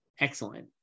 Excellent